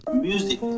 Music